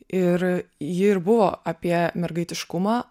ir ji ir buvo apie mergaitiškumą